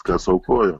kas aukojo